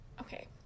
Okay